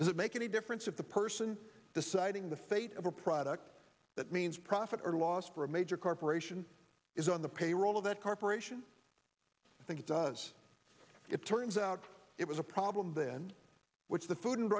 it make any difference if the person deciding the fate of a product that means profit or loss for a major corporation is on the payroll of that corporation i think it does it turns out it was a problem then which the food and